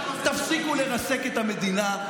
תפסיקו לרסק את המדינה.